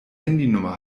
handynummer